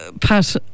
Pat